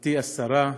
גברתי השרה,